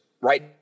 right